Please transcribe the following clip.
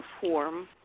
form